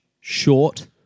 short-